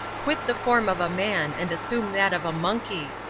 quit the form of a man, and assume that of a monkey.